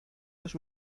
los